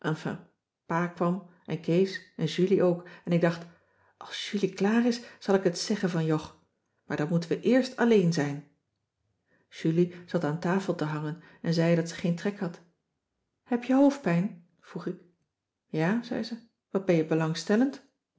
pa kwam en kees en julie ook en ik dacht als julie klaar is zal ik het zeggen van jog maar dan moeten we eerst alleen zijn julie zat aan tafel te hangen en zei dat ze geen trek had heb je hoofdpijn vroeg ik ja zei ze wat ben je belangstellend